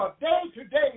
day-to-day